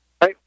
Hey